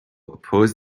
oppose